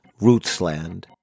Rootsland